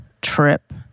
trip